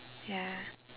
ya